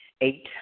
Eight